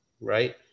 right